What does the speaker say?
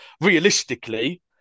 realistically